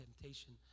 temptation